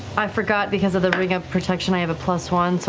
i forgot because of the ring of protection i have a plus one, so